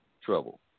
trouble